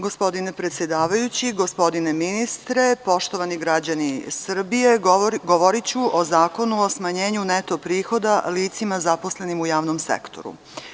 Gospodine predsedavajući, gospodine ministre, poštovani građani Srbije, govoriću o Zakonu o smanjenju neto prihoda licima zaposlenim u javnom sektoru.